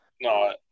No